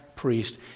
priest